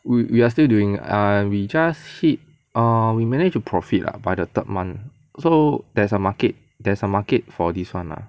we we are still doing err we just hit err we managed to profit lah by the third month so there's a market there's a market for this [one] lah